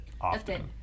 often